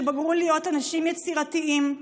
שבגרו להיות אנשים יצירתיים,